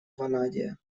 ванадия